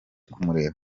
kumureba